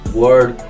word